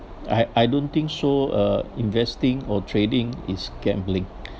I I don't think so uh investing or trading is gambling